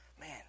man